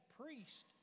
priest